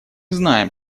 знаем